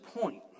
point